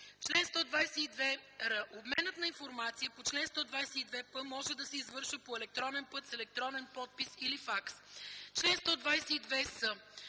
Обменът на информация по чл. 122п може да се извършва по електронен път с електронен подпис или факс. Чл. 122с.